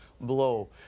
blow